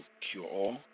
cure-all